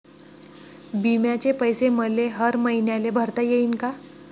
बिम्याचे पैसे मले हर मईन्याले भरता येईन का?